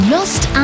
Lost